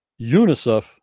UNICEF